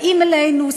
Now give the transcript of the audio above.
באים אלינו,